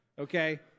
okay